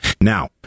now